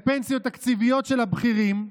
לפנסיות תקציביות של הבכירים.